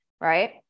right